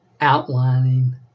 outlining